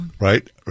right